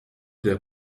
der